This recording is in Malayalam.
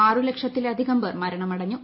ആറ് ലക്ഷത്തിലധികം പേർ മരണമടഞ്ഞു